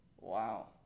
Wow